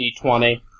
d20